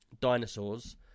dinosaurs